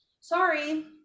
Sorry